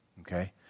Okay